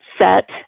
set